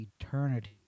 eternity